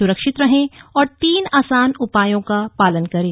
सुरक्षित रहें और तीन आसान उपायों का पालन करें